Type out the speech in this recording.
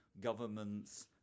governments